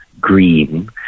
green